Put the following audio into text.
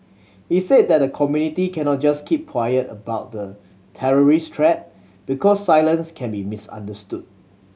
he said that the community cannot just keep quiet about the terrorist threat because silence can be misunderstood